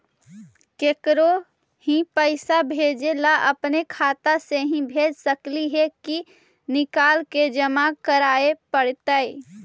केकरो ही पैसा भेजे ल अपने खाता से ही भेज सकली हे की निकाल के जमा कराए पड़तइ?